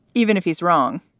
even if he's wrong.